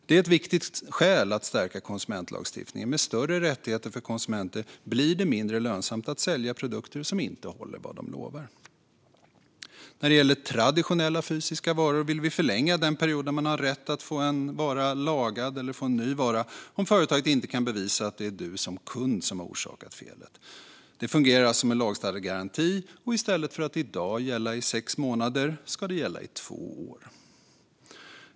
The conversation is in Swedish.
Det är ett viktigt skäl för att stärka konsumentlagstiftningen. Med större rättigheter för konsumenter blir det mindre lönsamt att sälja produkter som inte håller vad de lovar. När det gäller traditionella fysiska varor vill vi förlänga den period då man har rätt att få en vara lagad eller få en ny vara om företaget inte kan bevisa att det är kunden som har orsakat felet. Det fungerar som en lagstadgad garanti, och i stället för att som i dag gälla i sex månader ska den gälla i två år.